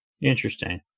Interesting